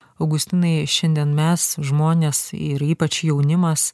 augustinai šiandien mes žmonės ir ypač jaunimas